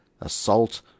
Assault